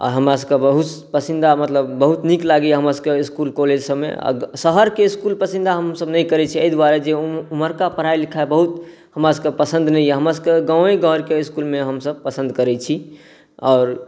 आ हमरासभके बहुत पसिन्दा मतलब बहुत नीक लागैया हमरासभके इसकुल कॉलेज सभमे आ शहरके इसकुल पसिन्दा हमसभ नहि करै छियै एहि दुआरे जे ओम्हरका पढ़ाइ लिखाइ बहुत हमरासभके पसंद नहि यऽ हमरासभके गाँवे घरके इसकुल मे हमसभ पसंद करै छी आओर